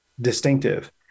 distinctive